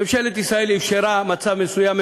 ממשלת ישראל אפשרה מצב מסוים,